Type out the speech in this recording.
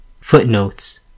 Footnotes